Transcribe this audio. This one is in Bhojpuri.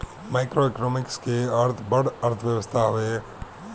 मैक्रोइकोनॉमिक्स के अर्थ बड़ अर्थव्यवस्था हवे